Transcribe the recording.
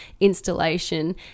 installation